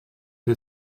who